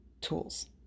tools